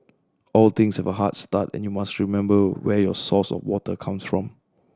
all things about a hard start and you must remember where your source of water comes from